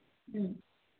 ꯎꯝ